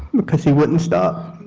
because he wouldn't stop.